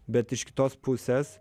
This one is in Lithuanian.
bet iš kitos pusės